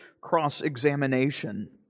cross-examination